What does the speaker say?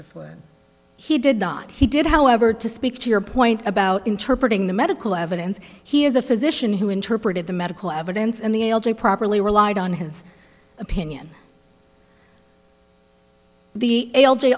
foote he did not he did however to speak to your point about interpret in the medical evidence he is a physician who interpreted the medical evidence and the properly relied on his opinion the